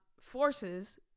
Forces